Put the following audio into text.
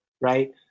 right